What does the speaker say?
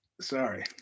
Sorry